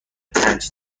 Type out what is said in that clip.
پنج